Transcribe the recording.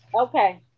Okay